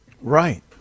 Right